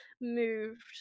moved